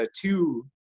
two